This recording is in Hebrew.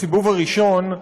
בסיבוב הראשון,